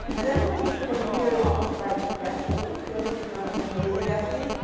and then there was this sort of weird almost like destiny feeling, even though i didn't really believe in destiny.